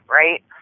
right